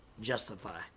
justify